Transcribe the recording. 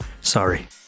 Sorry